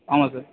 ஆமாம் சார்